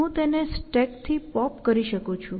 હું તેને સ્ટેક થી પોપ કરી શકું છું